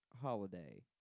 holiday